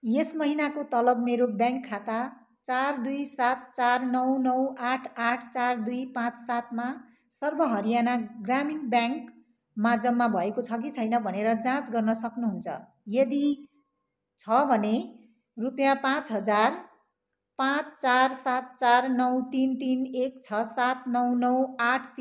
यस महिनाको तलब मेरो ब्याङ्क खाता चार दुई सात चार नौ नौ आठ आठ चार दुई पाँच सातमा सर्व हरियाणा ग्रामीण ब्याङ्कमा जम्मा भएको छ कि छैन भनेर जाँच गर्न सक्नुहुन्छ यदि छ भने रुपियाँ पाँच हजार पाँच चार सात चार नौ तिन तिन एक छ सात नौ नौ आठ तिन सात सर्व हरियाणा ग्रामीण ब्याङ्कमा एक्सिस ब्याङ्क लाइम मार्फत् स्थानान्तर गर्नु होला